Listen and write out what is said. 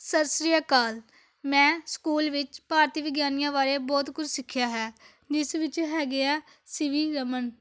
ਸਤਿ ਸ਼੍ਰੀ ਅਕਾਲ ਮੈਂ ਸਕੂਲ ਵਿੱਚ ਭਾਰਤੀ ਵਿਗਿਆਨੀਆਂ ਬਾਰੇ ਬਹੁਤ ਕੁਝ ਸਿੱਖਿਆ ਹੈ ਜਿਸ ਵਿੱਚ ਹੈਗੇ ਆ ਸੀ ਵੀ ਰਮਨ